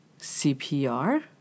CPR